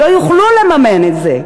לא יוכלו לממן את זה.